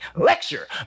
Lecture